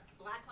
Black